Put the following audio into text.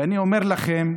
ואני אומר לכם,